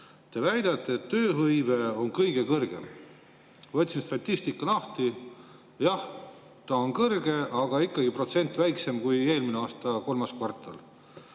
Te väidate, et tööhõive on kõige kõrgem. Võtsin statistika lahti [ja näen, et] jah, see on kõrge, aga ikkagi protsent väiksem kui eelmise aasta kolmandas kvartalis.